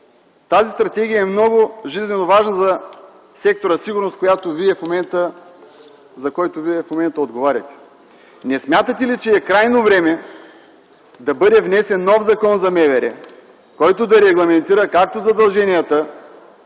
Стратегията е жизнено важна за сектора „Сигурност”, за който в момента Вие отговаряте. Не смятате ли, че е крайно време да бъде внесен нов Закон за МВР, който да регламентира както задълженията